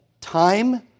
time